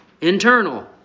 internal